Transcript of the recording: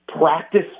practice